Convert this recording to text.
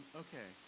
okay